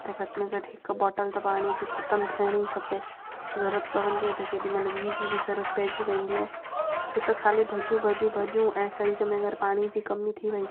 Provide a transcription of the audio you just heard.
त घट में घटि हिक बॉटल त पाणी जी खतमु थियण ही खपे जरूअत पवंदी आहे त केॾी महिल ॿी जी बि जरूअत पईजी वेंदी आहे छो त ख़ाली भॼूं भॼूं भॼूं ऐं शरीर में अगरि पाणी जी कमी थी वयी